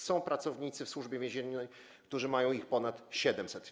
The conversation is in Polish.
Są pracownicy w Służbie Więziennej, którzy mają ich ponad 700.